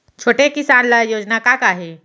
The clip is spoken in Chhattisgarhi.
छोटे किसान ल योजना का का हे?